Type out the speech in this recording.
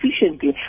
efficiently